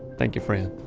thank you, fran.